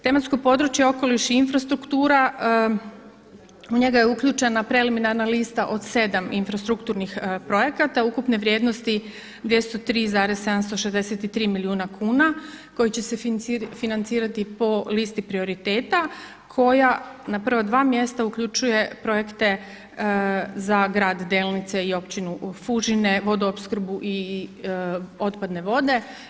Tematsko područje, okoliš i infrastruktura u njega je uključena preliminarna lista od 7 infrastrukturnih projekata ukupne vrijednosti 203,763 milijuna kuna koji će se financirati po listi prioriteta koja na prava dva mjesta uključuje projekte za Grad Delnice i općinu Fužine, vodoopskrbu i otpadne vode.